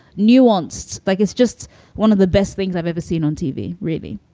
nuanced. like, it's just one of the best things i've ever seen on tv really?